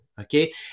okay